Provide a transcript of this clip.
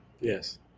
Yes